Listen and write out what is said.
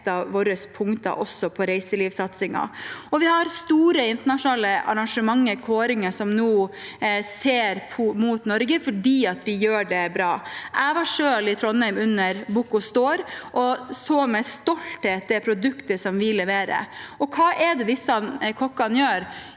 et av våre punkter på reiselivssatsingen. Det er store internasjonale arrangementer og kåringer som nå ser mot Norge, fordi vi gjør det bra. Jeg var selv i Trondheim under Bocuse d’Or, og så med stolthet det produktet som vi leverer. Og hva er det disse kokkene gjør?